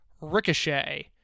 Ricochet